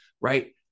right